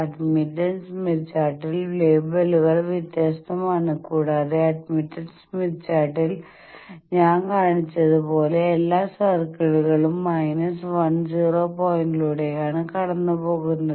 admittance Smith ചാർട്ടിൽ ലേബലുകൾ വ്യത്യസ്തമാണ് കൂടാതെ അഡ്മിറ്റൻസ് സ്മിത്ത് ചാർട്ടിൽ ഞാൻ കാണിച്ചത് പോലെ എല്ലാ സർക്കിളുകളും മൈനസ് വൺ സീറോ പോയിന്റിലൂടെയാണ് കടന്നുപോകുന്നത്